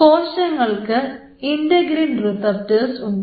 കോശങ്ങൾക്ക് integrin receptor ഉണ്ട്